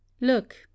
look